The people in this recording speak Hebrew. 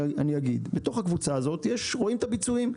בתוך הקבוצה הזאת, רואים את הביצועים.